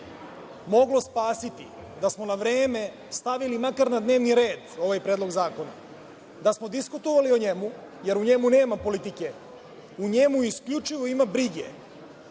moglo spasiti da smo na vreme stavili makar na dnevni red ovaj predlog zakona, da smo diskutovali o njemu, jer u njemu nema politike. U njemu isključivo ima brige